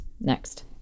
next